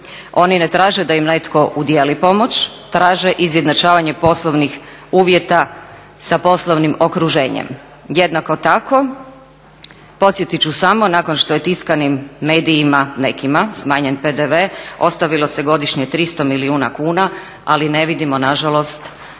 Oni ne traže da im netko udijeli pomoć, traže izjednačavanje poslovnih uvjeta sa poslovnim okruženjem. Jednako tako podsjetit ću samo nakon što je tiskanim medijima, nekima, smanjen PDV, ostavilo se godišnje 300 milijuna kuna, ali ne vidimo nažalost,